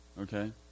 okay